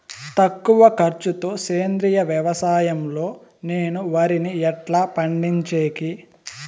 తక్కువ ఖర్చు తో సేంద్రియ వ్యవసాయం లో నేను వరిని ఎట్లా పండించేకి?